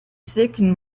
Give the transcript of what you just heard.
secret